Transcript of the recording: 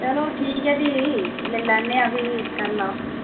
चलो ठीक ऐ भी लेई लैने आं भी करी लैओ